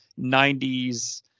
90s